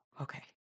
okay